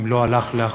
אם לא הלך לאחור,